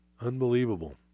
Unbelievable